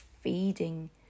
feeding